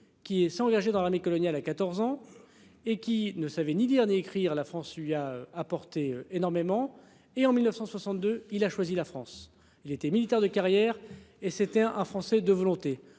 Qui et s'engager dans l'armée coloniale à 14 ans et qui ne savait ni lire ni écrire la France lui a apporté énormément et en 1962, il a choisi la France, il était militaire de carrière et c'était un, un Français de volonté